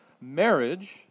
marriage